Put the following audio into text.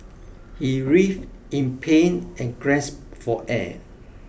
he writhed in pain and grasped for air